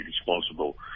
responsible